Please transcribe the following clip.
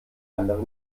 andere